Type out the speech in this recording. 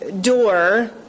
door